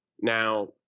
Now